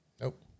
Nope